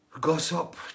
Gossip